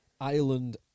Ireland